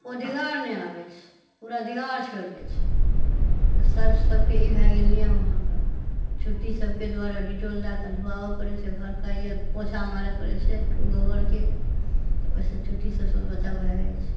ओ दीवार नहि आबै छै पूरा दीवार छोड़ि दै छै तऽ सर्प सबके ई भए गेल नियम अहाँकेॅं चुट्टी सबके दुआरे डिटोल दए कऽ धुवाबऽ पड़ै छै घरके या पोछा मारऽ पड़ै छै गोबरके तऽ ओहिसँ चुट्टी सबसँ बचाव भए जाइ छै